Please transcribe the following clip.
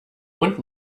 und